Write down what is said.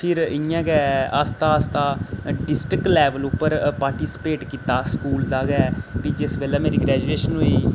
फ्ही इ'यां गै आस्तै आस्तै डिस्ट्रिक्ट लैवल उप्पर पार्टिसिपेट कीता स्कूल दा गै फ्ही जिस बेल्लै मेरी ग्रैजुएशन होई गेई